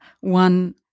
one